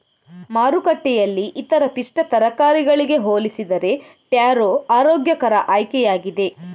ಮಾರುಕಟ್ಟೆಯಲ್ಲಿ ಇತರ ಪಿಷ್ಟ ತರಕಾರಿಗಳಿಗೆ ಹೋಲಿಸಿದರೆ ಟ್ಯಾರೋ ಆರೋಗ್ಯಕರ ಆಯ್ಕೆಯಾಗಿದೆ